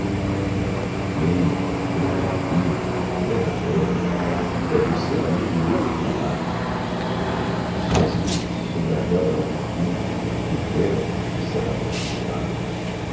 vem tudo é tranqüilo a terra dorme bebe o sereno o lírio do valado sozinhos sobre a relva da campina que belo que será nosso noivado